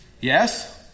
Yes